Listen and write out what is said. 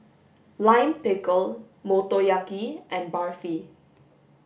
lime pickle motoyaki and Barfi